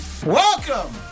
Welcome